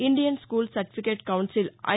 Indian school certificate council I